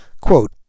Quote